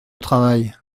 travail